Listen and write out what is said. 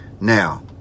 Now